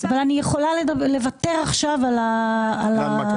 אבל אני יכולה לוותר עכשיו על ההנמקה.